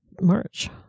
March